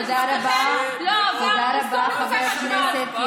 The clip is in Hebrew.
תחת משמרתכם, לא עבר איסור ניתוק החשמל.